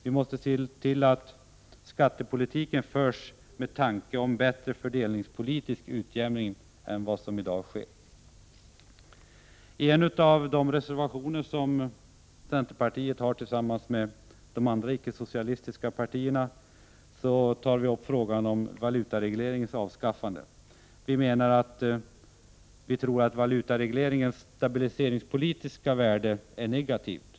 Vi måste se till att skattepolitiken förs med tanke om bättre fördelningspolitisk utjämning än vad som i dag sker. I en av de reservationer som centerpartiet har tillsammans med de andra icke-socialistiska partierna tar vi upp frågan om valutaregleringens avskaffande. Vi tror att valutaregleringens stabiliseringspolitiska värde är negativt.